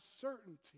certainty